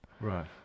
right